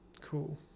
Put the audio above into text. Cool